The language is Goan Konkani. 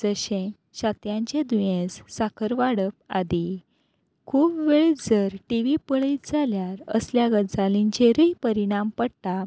जशें छात्यांचें दुयेंस साकर वाडप आदीं खूब वेळ जर टी व्ही पळयत जाल्यार असल्या गजालींचेरूय परिणाम पडटा